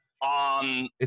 on